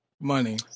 money